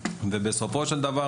בסופו של דבר,